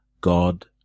God